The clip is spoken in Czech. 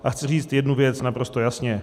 A chci říct jednu věc naprosto jasně.